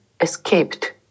escaped